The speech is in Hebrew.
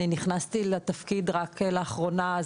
אני נכנסתי לתפקיד רק לאחרונה,